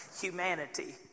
humanity